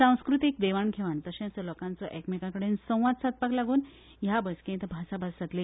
सांस्कृतीक देवाण घेवाण तशेंच लोकांचो एकामेका कडलो संवाद सादपाक लागून हे बसकेंत भासाभास जातली